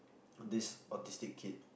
this autistic kid